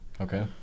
Okay